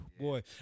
Boy